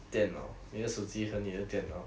电脑你的手机和你的电脑